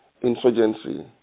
insurgency